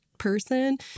person